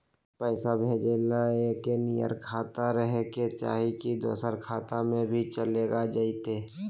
पैसा भेजे ले एके नियर खाता रहे के चाही की दोसर खाता में भी चलेगा जयते?